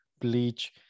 bleach